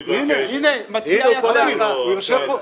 הנה, מצביע, יושב פה מולך.